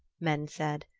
men said,